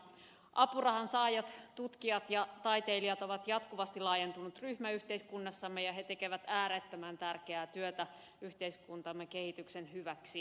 apurahansaajat tutkijat ja taiteilijat ovat jatkuvasti laajentunut ryhmä yhteiskunnassamme ja he tekevät äärettömän tärkeää työtä yhteiskuntamme kehityksen hyväksi